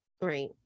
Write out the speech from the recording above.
Right